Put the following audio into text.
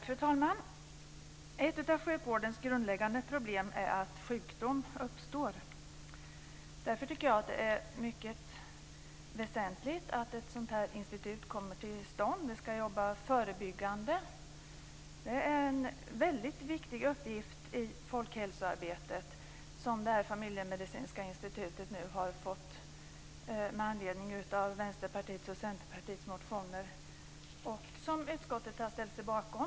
Fru talman! Ett av sjukvårdens grundläggande problem är att sjukdom uppstår. Därför är det väsentligt att ett familjemedicinskt institut kommer till stånd. Institutet ska jobba förebyggande. Det familjemedicinska institutet har fått en väldigt viktig uppgift i folkhälsoarbetet, med anledning av Vänsterpartiets och Centerpartiets motioner som utskottet har ställt sig bakom.